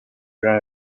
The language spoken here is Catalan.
gran